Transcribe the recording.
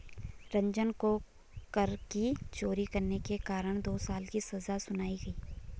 रंजन को कर की चोरी करने के कारण दो साल की सजा सुनाई गई